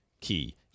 key